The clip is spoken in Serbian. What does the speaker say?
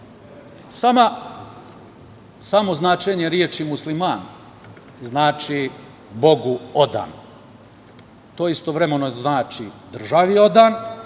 značenje reči „musliman“ znači bogu odan. To istovremeno znači državi odan,